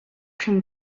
cream